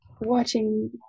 watching